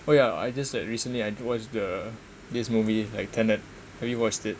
oh yeah I just like recently I watch the this movie like tenet have you watched it